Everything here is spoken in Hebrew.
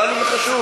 אבל לנו זה חשוב.